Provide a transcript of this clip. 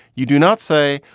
you do not say,